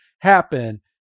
happen